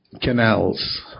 canals